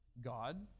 God